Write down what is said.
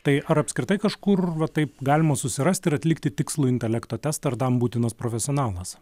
tai ar apskritai kažkur va taip galima susirasti ir atlikti tikslų intelekto testą ar tam būtinos profesionalas